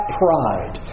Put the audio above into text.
pride